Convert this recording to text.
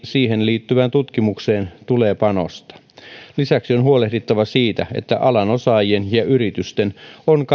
siihen liittyvään tutkimukseen tulee panostaa lisäksi on huolehdittava siitä että alan osaajien ja yritysten on